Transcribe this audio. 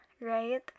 right